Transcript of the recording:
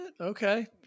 Okay